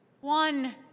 One